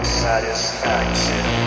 satisfaction